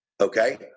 Okay